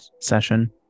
session